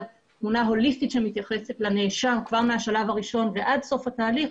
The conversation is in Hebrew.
תמונה הוליסטית שמתייחסת לנאשם כבר מהשלב הראשון ועד סוף התהליך,